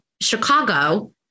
chicago